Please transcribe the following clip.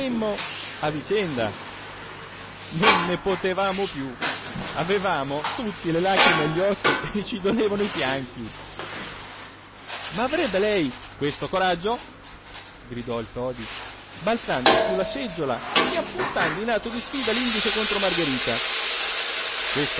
a vicenda non ne potevamo più avevamo tutti le lacrime agli occhi e ci dolevano i fianchi ma avrebbe lei questo coraggio gridò il todi balzando sulla seggiola e appuntando in atto di sfida l'indice contro margherita